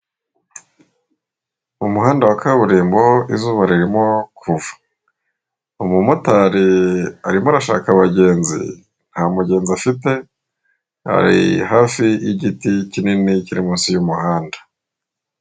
Umuhanda wa kaburimbo izuba ririmo kuva. Umumotari arimo arashaka abagenzi nta mugenzi afite, ari hafi y'igiti kinini kiri munsi y'umuhanda.